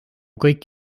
kõik